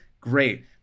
great